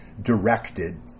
directed